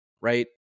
right